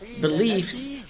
beliefs